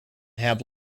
have